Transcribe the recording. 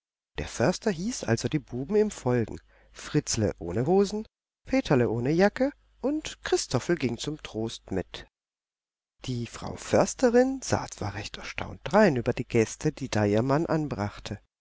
der förster hieß also die buben ihm folgen fritzle ohne hosen peterle ohne jacke und christophel ging zum trost mit die frau försterin sah zwar recht erstaunt drein über die gäste die da ihr mann anbrachte